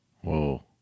Whoa